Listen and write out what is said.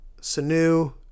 Sanu